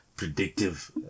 predictive